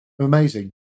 amazing